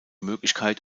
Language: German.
möglichkeit